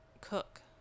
cook